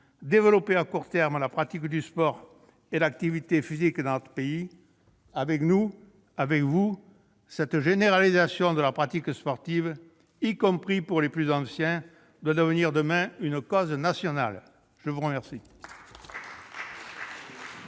développer à court terme la pratique du sport et l'activité physique dans notre pays. Cette généralisation de la pratique sportive, y compris pour les plus anciens, doit devenir demain une cause nationale ! Nous en